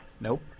Nope